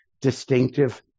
distinctive